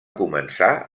començar